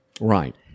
right